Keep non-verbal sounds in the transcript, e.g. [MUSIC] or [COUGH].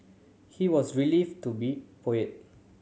he was [UNINTELLIGIBLE] to be poet